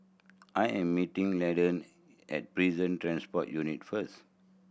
I am meeting Landen at Prison Transport Unit first